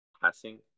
passing